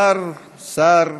ארי.